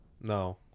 No